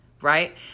Right